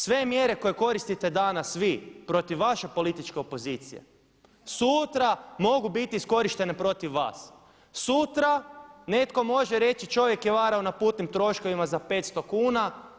Sve mjere koje koristite danas vi protiv vaše političke opozicije sutra mogu biti iskorištene protiv vas, sutra netko može reći čovjek je varao na putnim troškovima za 500 kuna.